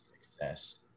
success